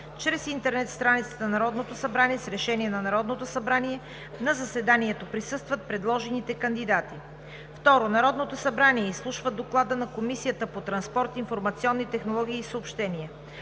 чрез интернет страницата на Народното събрание. С решение на Народното събрание на заседанието присъстват предложените кандидати. 2. Народното събрание изслушва доклада на Комисията по транспорт, информационни технологии и съобщения.